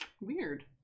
Weird